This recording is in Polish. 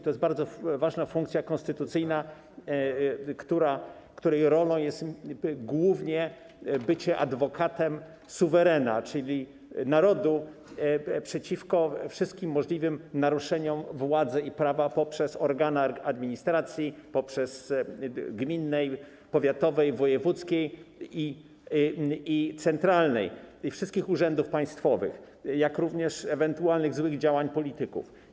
To jest bardzo ważna funkcja konstytucyjna, rolą rzecznika jest głównie bycie adwokatem suwerena, czyli narodu, przeciwko wszystkim możliwym naruszeniom władzy i prawa poprzez organa administracji gminnej, powiatowej, wojewódzkiej i centralnej oraz wszystkich urzędów państwowych, jak również ewentualnych złych działań polityków.